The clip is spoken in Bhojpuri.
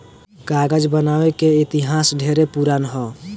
कागज बनावे के इतिहास ढेरे पुरान ह